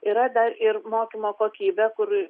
yra dar ir mokymo kokybė kur